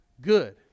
good